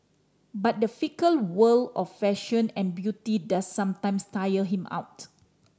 but the fickle world of fashion and beauty does sometimes tire him out